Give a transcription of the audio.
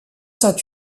saint